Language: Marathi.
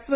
स्व